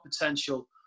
potential